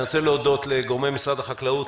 אני רוצה להודות לגורמי משרד החקלאות,